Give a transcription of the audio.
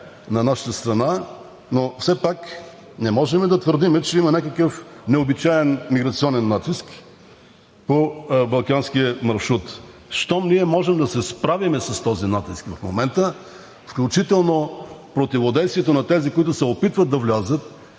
на нашата страна, но все пак не можем да твърдим, че има някакъв необичаен миграционен натиск по балканския маршрут. Щом ние можем да се справим с този натиск в момента, включително противодействието на тези, които се опитват да влязат,